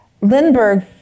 Lindbergh